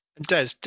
Des